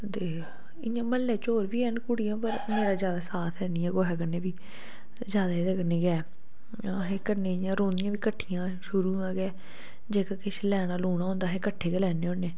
ते इ'यां म्हल्लै च होर बी हैन कुड़ियां पर मेरा जैदा साथ हैन्नी ऐ कुसै कन्नै बी जैदा एह्दे कन्नै गे ऐ असीं कन्नै इ'यां रौह्नियां बी कट्ठियां ऐं शुरू दा गै जेह्का किश लैना लूना होंदा अस कट्ठे गै लैन्ने होन्ने